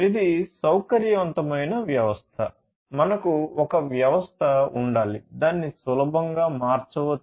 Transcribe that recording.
ఇది సౌకర్యవంతమైన వ్యవస్థ మనకు ఒక వ్యవస్థ ఉండాలి దానిని సులభంగా మార్చవచ్చు